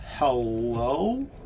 Hello